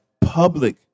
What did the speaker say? public